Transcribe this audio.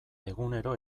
egunero